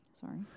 Sorry